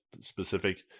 specific